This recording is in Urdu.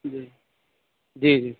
جی جی جی